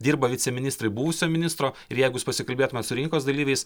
dirba viceministrai buvusio ministro ir jeigu jūs pasikalbėtumėt su rinkos dalyviais